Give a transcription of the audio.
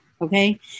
Okay